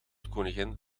koningin